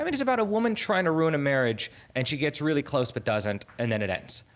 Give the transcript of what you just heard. i mean it's about a woman trying to ruin a marriage and she gets really close but doesn't and then it ends.